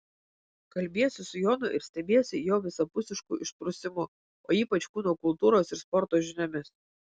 kalbiesi su jonu ir stebiesi jo visapusišku išprusimu o ypač kūno kultūros ir sporto žiniomis